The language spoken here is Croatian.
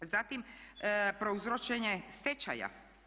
Zatim prouzročenje stečaja.